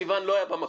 לא היה במקום.